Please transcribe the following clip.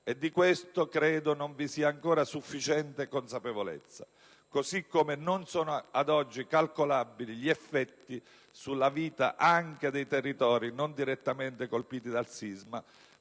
e di questo credo non vi sia ancora sufficiente consapevolezza, così come non sono ad oggi calcolabili gli effetti sulla vita anche dei territori non direttamente colpiti dal sisma